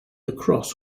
across